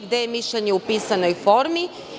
Gde je mišljenje u pisanoj formi?